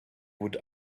would